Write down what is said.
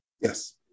Yes